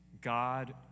God